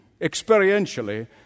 experientially